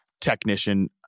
technician